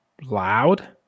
loud